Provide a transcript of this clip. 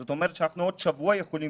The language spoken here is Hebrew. זאת אומרת שעוד שבוע אנחנו יכולים